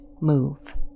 move